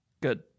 Good